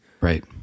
Right